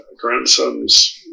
grandsons